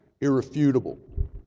irrefutable